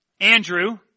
Andrew